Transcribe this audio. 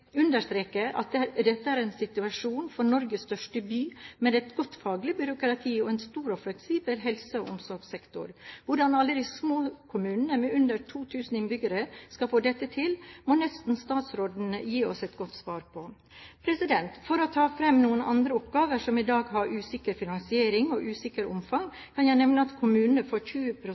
understreke at dette er en situasjon for Norges største by, med et godt faglig byråkrati og en stor og fleksibel helse- og omsorgssektor. Hvordan alle de små kommunene med under 2 000 innbyggere skal få dette til, må nesten statsråden gi oss et godt svar på. For å ta frem noen andre oppgaver som i dag har usikker finansiering og usikkert omfang, kan jeg nevne at kommunene får 20